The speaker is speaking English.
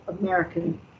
American